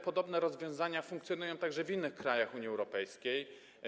Podobne rozwiązania funkcjonują także w innych krajach Unii Europejskiej.